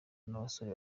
n’abasore